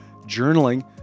journaling